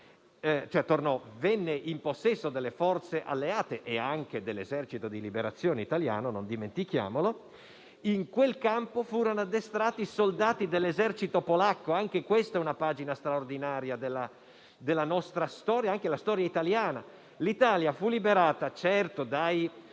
quell'area venne in possesso delle forze alleate e anche dell'esercito di liberazione italiano - non dimentichiamolo - in quel campo furono addestrati i soldati dell'esercito polacco. Anche questa è una pagina straordinaria della storia italiana. L'Italia fu liberata, certamente,